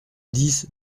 dix